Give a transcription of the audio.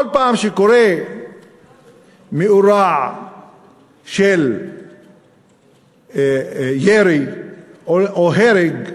כל פעם שקורה מאורע של ירי או הרג בגדה,